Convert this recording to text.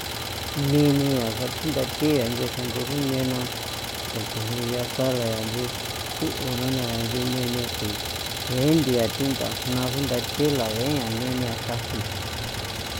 Ne nia xra tjindathi yaa xra nch'i gu nena xro chujni yaa sala yaa nchi jiuna na nchi ne nia niji ien nthia thi ndajna binda thela geñane nia ataji.